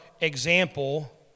example